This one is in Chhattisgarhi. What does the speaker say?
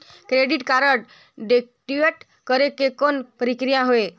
क्रेडिट कारड एक्टिव करे के कौन प्रक्रिया हवे?